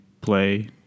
play